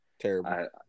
Terrible